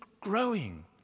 growing